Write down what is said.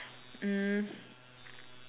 mm